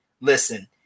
listen